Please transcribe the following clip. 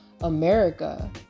America